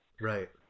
Right